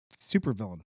supervillain